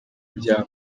ibyabo